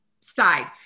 side